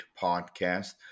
Podcast